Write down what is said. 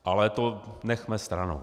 Ale to nechme stranou.